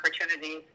opportunities